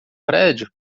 prédio